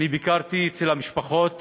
ביקרתי אצל המשפחות